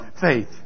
faith